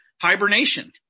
hibernation